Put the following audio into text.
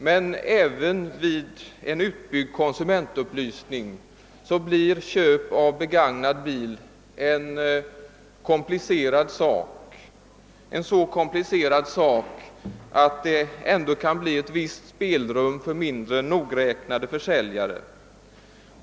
Men även vid en utbyggd konsumentupplysning blir köp av begagnad bil en så komplicerad transaktion att det kommer att finnas ett visst spelrum för mindre nogräknade försäljare.